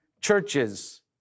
churches